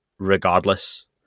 regardless